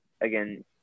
again